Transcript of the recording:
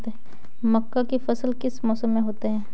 मक्का की फसल किस मौसम में होती है?